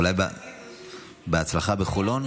אולי בהצלחה בחולון?